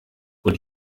und